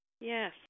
Yes